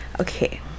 Okay